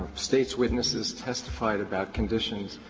state's witnesses testified about conditions,